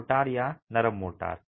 mortar या नरम mortar